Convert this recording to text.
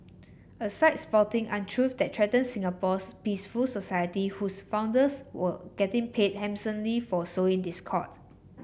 a site spouting untruth that threaten Singapore's peaceful society whose founders were getting paid handsomely for sowing discord